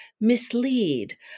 mislead